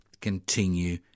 continue